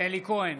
אלי כהן,